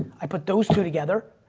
i put those two together.